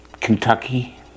Kentucky